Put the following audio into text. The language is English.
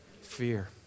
fear